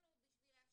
יכולנו כדי להשתיק,